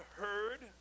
heard